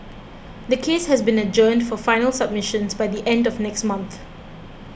the case has been adjourned for final submissions by the end of next month